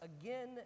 again